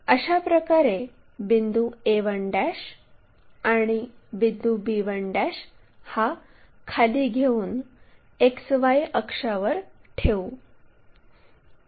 अशाप्रकारे बिंदू a1 आणि बिंदू b1 हा खाली घेऊन XY अक्षावर ठेऊ